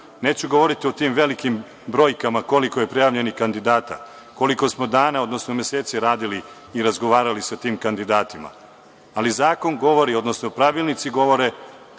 Neću govoriti o tim velikim brojkama koliko je prijavljenih kandidata, koliko smo dana, odnosno meseci radili i razgovarali sa tim kandidatima. Ali, zakon govori, odnosno pravilnici govore